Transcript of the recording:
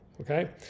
Okay